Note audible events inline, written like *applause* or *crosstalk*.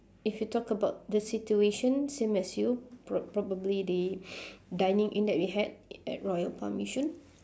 if you talk about the situation same as you pro~ probably the *breath* dining in that we had at royal palm yishun